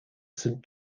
saint